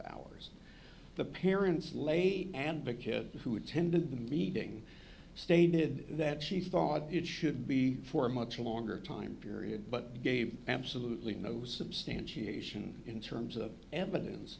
hours the parents late and to kids who attended the meeting stated that she thought it should be for a much longer time period but gave absolutely no substantiation in terms of evidence